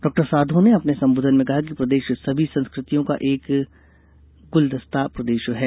डॉ साधौ ने अपने संबोधन में कहा कि प्रदेश सभी संस्कृतियों का एक गुलदस्ता प्रदेश है